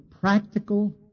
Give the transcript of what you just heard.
practical